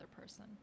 person